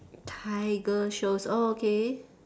tiger shows oh okay